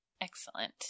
Excellent